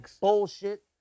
bullshit